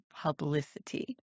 publicity